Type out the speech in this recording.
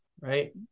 right